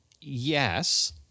yes